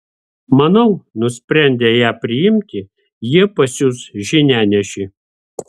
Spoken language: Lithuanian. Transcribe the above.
manau nusprendę ją priimti jie pasiųs žinianešį